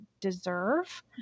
deserve